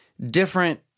different